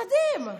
מדהים,